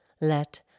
Let